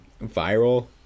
Viral